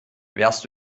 wärst